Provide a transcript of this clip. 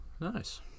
Nice